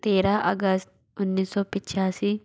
तेरह अगस्त उन्नीस सौ पिचयासी